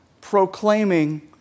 proclaiming